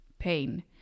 pain